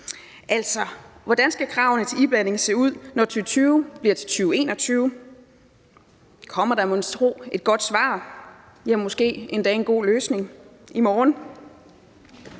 hvordan kravet til iblanding skal se ud, når 2020 bliver til 2021. Kommer der monstro så et godt svar; måske endda en god løsning i morgen?